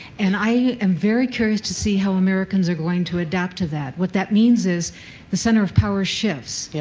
and i am very curious to see how americans are going to adapt to that. what that means is the center of power shifts. yeah